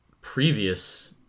previous